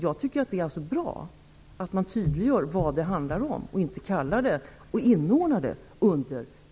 Jag tycker att det är bra att man tydliggör vad det handlar om och inte inordnar det under begreppet tortyr.